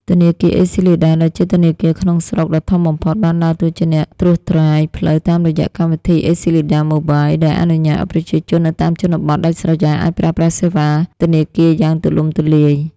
ធនាគារអេស៊ីលីដា ដែលជាធនាគារក្នុងស្រុកដ៏ធំបំផុត បានដើរតួជាអ្នកត្រួសត្រាយផ្លូវតាមរយៈកម្មវិធី ACLEDA Mobile ដែលអនុញ្ញាតឱ្យប្រជាជននៅតាមជនបទដាច់ស្រយាលអាចប្រើប្រាស់សេវាធនាគារយ៉ាងទូលំទូលាយ។